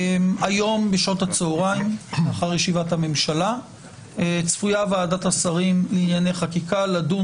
היום בצהריים אחרי ישיבת הממשלה צפויה ועדת השרים לענייני חקיקה לדון